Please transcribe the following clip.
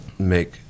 make